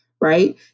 right